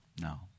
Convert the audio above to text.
No